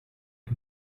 and